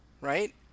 right